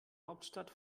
hauptstadt